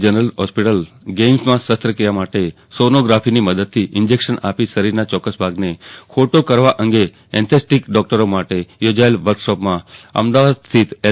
general hospital ગેઈમ્સમાં શસ્ત્રક્રિયા માટે સોનોગ્રાફીની મદદથી ઈન્જેકશન આપી શરીરના ચોક્કસ ભાગને ખોટો કરવા અંગે એનેસ્થેટીક ડોકટરો માટે યોજાયેલા વર્કશોપમાં અમદાવાદ સ્થિત એલ